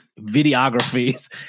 videographies